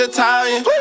Italian